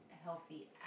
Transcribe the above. healthy